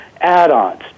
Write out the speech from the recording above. add-ons